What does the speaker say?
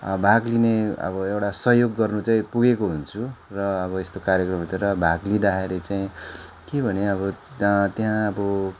भाग लिने अब एउटा सहयोग गर्नु चाहिँ पुगेको हुन्छु र अब यस्तो कार्यक्रमहरूतिर भाग लिँदाखेरि चाहिँ के भने अब त्यहाँ अब